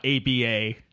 ABA